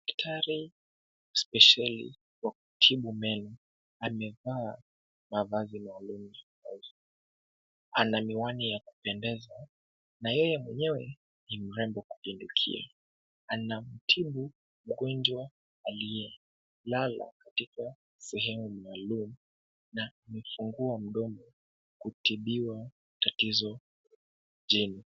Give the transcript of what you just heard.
Daktari spesheli wa kutibu meno amevaa mavazi maalum. Kwa uso ana miwani ya kupendeza na yeye mwenyewe ni mrembo kupindukia. Anamtibu mgonjwa aliyelala katika sehemu maalum na amefungua mdomo kutibiwa tatizo jino.